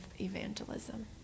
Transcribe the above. evangelism